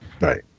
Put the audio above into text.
Right